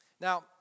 Now